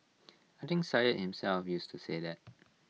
I think Syed himself used to say that